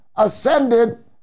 Ascended